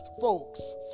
folks